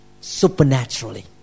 Supernaturally